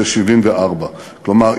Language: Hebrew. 74. כלומר,